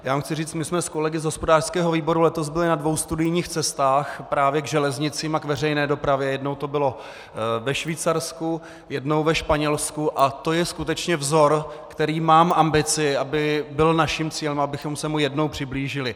Jenom chci říct, jsme s kolegy hospodářského výboru letos byli na dvou studijních cestách právě k železnicím a k veřejné dopravě, jednou to bylo ve Švýcarsku, jednou ve Španělsku, a to je skutečně vzor, který má ambici, aby byl naším cílem, abychom se mu jednou přiblížili.